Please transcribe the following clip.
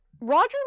Roger